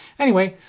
anyway,